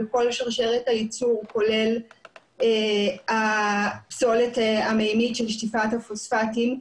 על כל שרשרת הייצור כולל הפסולת המימית של שטיפת הפוספטים.